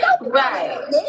right